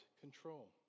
control